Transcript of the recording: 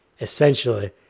essentially